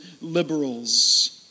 liberals